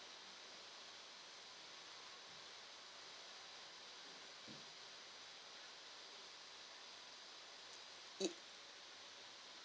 ye~